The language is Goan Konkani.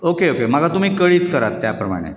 ओके ओके म्हाका तुमी कळीत करात त्या प्रमाणे